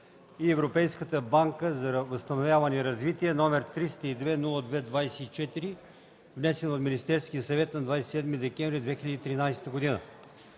и Европейската банка за възстановяване и развитие, № 302 02-24, внесен от Министерския съвет на 27 декември 2013 г.”